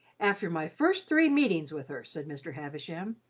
after my first three meetings with her, said mr. havisham,